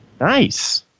Nice